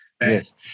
Yes